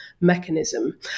mechanism